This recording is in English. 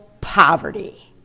poverty